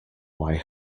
why